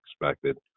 expected